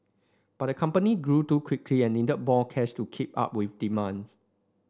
but the company grew too quickly and needed more cash to keep up with demand